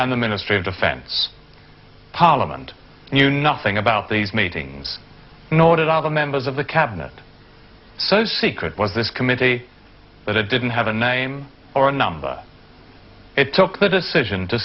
and the ministry of defense parliament knew nothing about these meetings nor did all the members of the cabinet so secret was this committee that it didn't have a name or a number it took the decision to